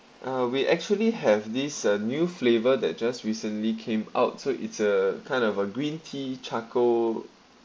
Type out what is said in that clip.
uh we actually have this uh new flavour that just recently came out so it's a kind of a green tea charcoal